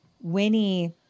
Winnie